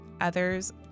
others